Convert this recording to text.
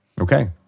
Okay